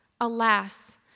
alas